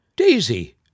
Daisy